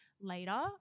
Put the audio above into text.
later